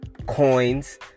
coins